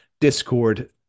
Discord